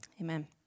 Amen